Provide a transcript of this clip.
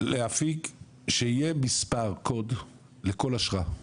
להפיק שיהיה מספר קוד לכל אשרה.